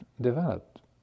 developed